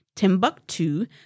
timbuktu